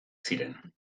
ziren